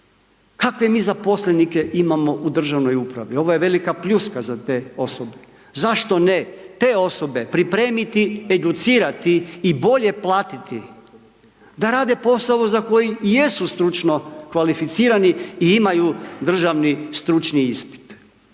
kakve mi zaposlenike imamo u državnoj upravi? Ovo je velika pljuska za te osobe, zašto ne te osobe pripremiti, educirati i bolje platiti, da rade posao za koji i jesu stručno kvalificirani i imaju državni stručni ispit.